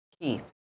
Keith